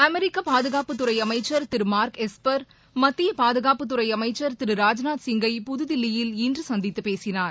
அமெரிக்கபாதுகாப்புத்துறைஅமைச்சர் திருமார்க் எஸ்பர் மத்தியபாதுகாப்புத்துறைஅமைச்சர் திரு ராஜ்நாத் சிங்கை புதுதில்லியில் இன்றுசந்தித்துப் பேசினார்